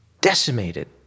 decimated